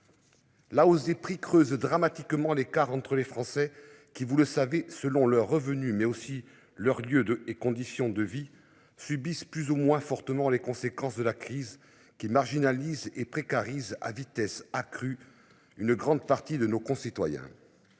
La hausse des prix creuse dramatiquement l'écart entre les Français qui, vous le savez, selon leurs revenus, mais aussi leur lieu de et conditions de vie subissent plus ou moins fortement les conséquences de la crise qui marginalise et précarise à vitesse accrue. Une grande partie de nos concitoyens.